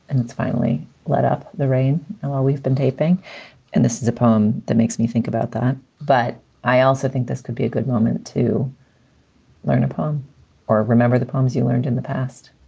and it's finally let up the rain. and while we've been taping and this is a poem that makes me think about that. but i also think this could be a good moment to learn a poem or remember the poems you learned in the past.